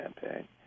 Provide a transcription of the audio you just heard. campaign